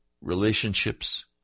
relationships